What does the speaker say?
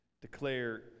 declare